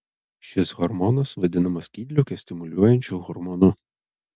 šis hormonas vadinamas skydliaukę stimuliuojančiu hormonu